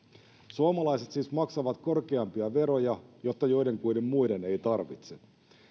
suomalaiset siis maksavat korkeampia veroja jotta joidenkuiden muiden ei tarvitse